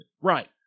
Right